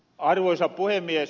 arvoisa puhemies